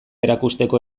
erakusteko